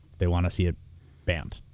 they want to see it banned.